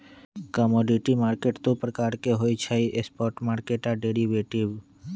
commodity market मुख्य दु प्रकार के होइ छइ स्पॉट मार्केट आऽ डेरिवेटिव